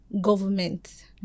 government